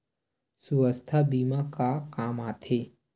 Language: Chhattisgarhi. सुवास्थ बीमा का काम आ थे?